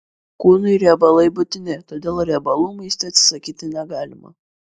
kūnui riebalai būtini todėl riebalų maiste atsisakyti negalima